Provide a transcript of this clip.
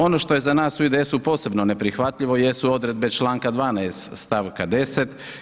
Ono što je za nas u IDS-u posebno neprihvatljivo jesu odredbe članka 12. stavka 10.